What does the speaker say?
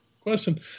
Question